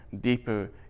deeper